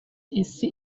isi